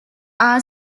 are